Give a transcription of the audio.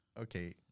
okay